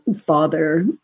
father